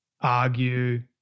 argue